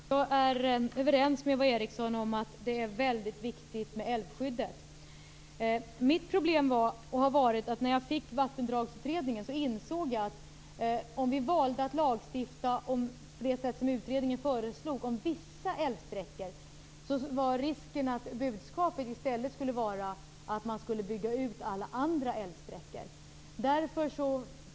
Fru talman! Jag är överens med Eva Eriksson om att det är väldigt viktigt med älvskyddet. Mitt problem har varit att när jag fick Vattendragsutredningens förslag insåg jag att om vi valde att lagstifta på det sätt som utredningen föreslog om vissa älvsträckor, var risken att budskapet i stället skulle vara att man skulle bygga ut alla andra älvsträckor.